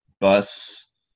bus